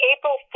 April